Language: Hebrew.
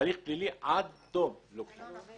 הליך פלילי עד תום והוא מתממש.